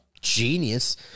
Genius